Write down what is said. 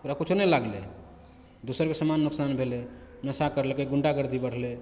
ओकरा किछो नहि लागलै दोसरके सामान नुकसान भेलै नशा करलकै गुण्डागर्दी बढ़लै